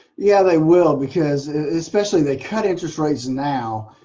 yeah they will because especially they cut interest rates now,